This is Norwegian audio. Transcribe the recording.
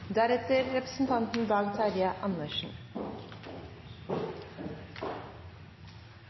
til representanten Dag Terje Andersen.